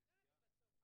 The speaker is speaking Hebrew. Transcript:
תכניות להתערבויות.